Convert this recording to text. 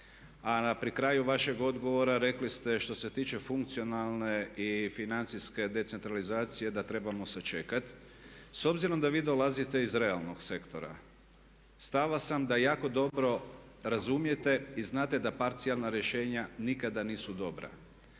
a pri kraju vašeg odgovora rekli ste što se tiče funkcionalne i financijske decentralizacije da trebamo sačekati. S obzirom da vi dolazite iz realnog sektora stava sam da jako dobro razumijete i znate da parcijalna rješenja nikada nisu dobra.